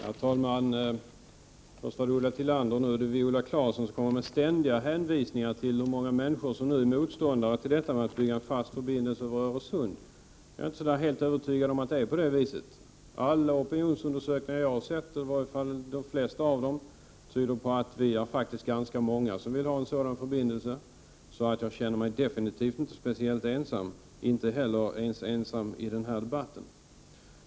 Herr talman! Först Ulla Tillander och nu Viola Claesson hänvisar ständigt till att många människor är motståndare till byggande av en fast förbindelse över Öresund. Jag är inte helt övertygad om att det förhåller sig på det viset. De flesta opinionsundersökningar som jag har sett tyder på att vi är ganska många som vill ha en sådan här förbindelse. Jag känner mig alltså inte ensam därvidlag, inte heller i denna debatt.